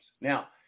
Now